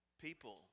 People